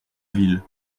ville